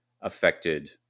affected